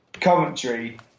commentary